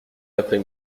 l’après